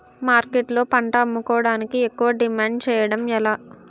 మార్కెట్లో పంట అమ్ముకోడానికి ఎక్కువ డిమాండ్ చేయడం ఎలా?